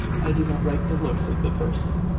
i did not like the looks of the person.